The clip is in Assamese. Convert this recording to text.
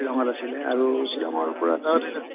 শ্বিলঙত আছিলে আৰু শ্বিলঙৰপৰা